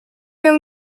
miał